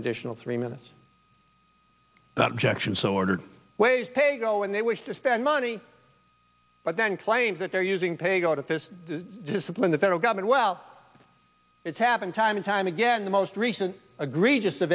an additional three minutes objection so ordered ways pay go when they wish to spend money but then claim that they're using pay go to fist discipline the federal government well it's happened time and time again the most recent agree just